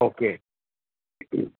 okay